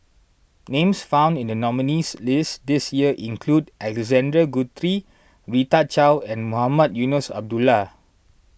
names found in the nominees' list this year include Alexander Guthrie Rita Chao and Mohamed Eunos Abdullah